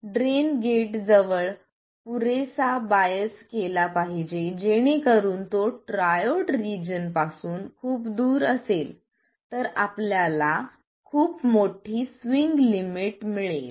drain gate जवळ पुरेसा bias केला पाहिजे जेणेकरून तो ट्रायोड रिजन पासून खूप दूर असेल तर आपल्याला खूप मोठी स्विंग लिमिट मिळेल